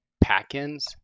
Pack-ins